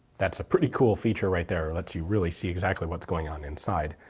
that's a pretty cool feature right there lets you really see exactly what's going on inside.